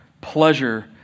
pleasure